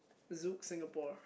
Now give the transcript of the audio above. Zouk Singapore